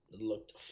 looked